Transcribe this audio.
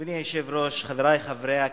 אדוני היושב-ראש, חברי חברי הכנסת,